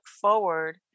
forward